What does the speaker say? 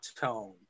tone